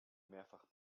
mehrfach